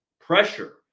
pressure